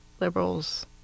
liberals